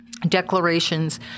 Declarations